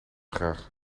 graag